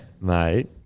mate